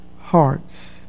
hearts